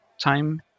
time